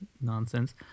nonsense